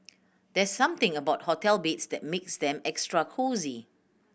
there's something about hotel beds that makes them extra cosy